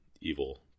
evil